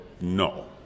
No